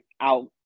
out